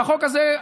והחוק הזה,